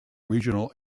regional